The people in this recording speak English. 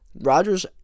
Rodgers